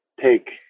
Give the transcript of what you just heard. take